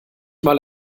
mal